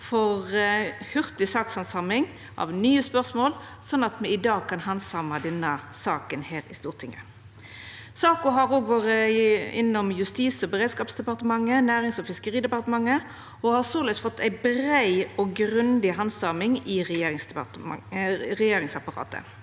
for hurtig sakshandsaming av nye spørsmål, slik at me i dag kan handsama denne saka her i Stortinget. Saka har òg vore innom Justis- og beredskapsdepartementet og Nærings- og fiskeridepartementet og har såleis fått ei brei og grundig handsaming i regjeringsapparatet.